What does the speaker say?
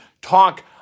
talk